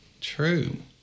true